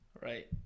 Right